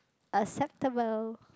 acceptable